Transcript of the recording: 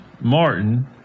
Martin